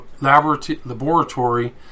laboratory